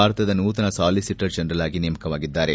ಭಾರತದ ನೂತನ solicitor general ಆಗಿ ನೇಮಕವಾಗಿದ್ದಾರೆ